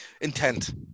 intent